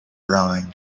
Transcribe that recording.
rowing